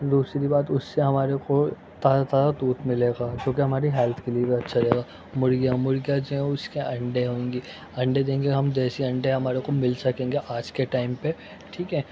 دوسری بات اس سے ہمارے قو تازہ تازہ دودھ ملے غا جوکہ ہماری ہیلتھ کے لیے بھی اچھا رہے گا مرغیاں مرغیاں جو ہیں اس کے انڈے ہوں گی انڈے دیں گے ہم دیسی انڈے ہمارے کو مل سکیں گے آج کے ٹائم پہ ٹھیک ہے